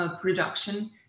production